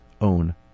own